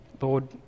Lord